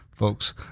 folks